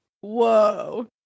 whoa